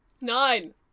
Nine